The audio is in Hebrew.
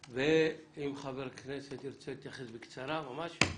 ואם חבר כנסת ירצה להתייחס נאפשר בקצרה ממש.